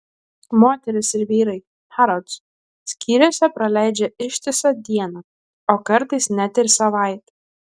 moterys ir vyrai harrods skyriuose praleidžia ištisą dieną o kartais net ir savaitę